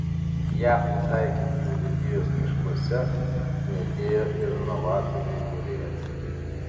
ją pritaikyti urėdijos miškuose knietėjo ir novatoriui urėdui